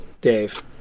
Dave